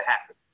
happen